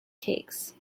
cakes